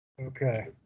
Okay